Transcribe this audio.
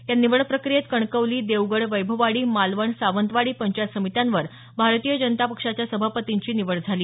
या निवड प्रक्रीयेत कणकवली देवगड वैभववाडी मालवण सावंतवाडी पंचायत समित्यांवर भारतीय जनता पक्षाच्या सभापतींची निवड झाली